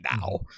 now